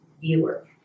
viewer